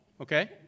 okay